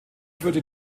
führte